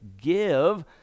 give